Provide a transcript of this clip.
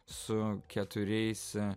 su keturiais